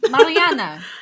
Mariana